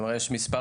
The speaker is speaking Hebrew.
יש מספר